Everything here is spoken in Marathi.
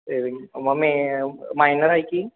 ते मग मी मायनार आह की